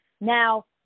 Now